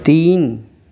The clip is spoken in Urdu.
تین